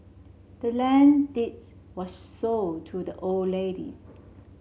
the land deeds was sold to the old ladies